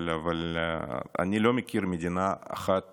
אבל אני לא מכיר מדינה אחת